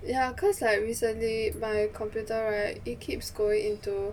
ya cause like recently my computer right it keeps going into